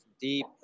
deep